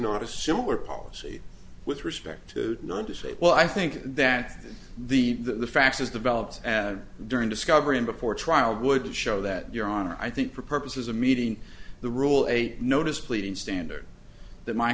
not a similar policy with respect to not to say well i think that the the facts as developed as during discovery and before trial would show that your honor i think for purposes of meeting the rule a notice pleading standard that my